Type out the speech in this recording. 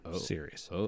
serious